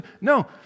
No